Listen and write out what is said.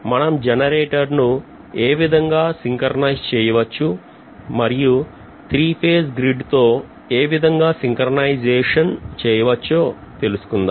మనం జనరేటర్ ను ఏ విధంగా synchronize చేయవచ్చు మరియు త్రీఫేజ్ గ్రిడ్ తో ఏ విధంగా synchronization చేయవచ్చో తెలుసుకుందాం